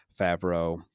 favreau